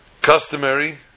customary